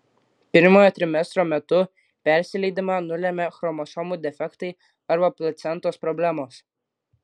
pirmojo trimestro metu persileidimą nulemia chromosomų defektai arba placentos problemos